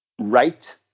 right